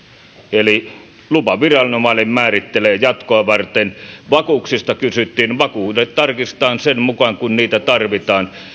eli lupaviranomainen määrittelee jatkon vakuuksista kysyttiin vakuudet tarkistetaan sen mukaan kuin niitä tarvitaan